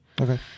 Okay